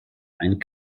ein